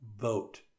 vote